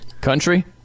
country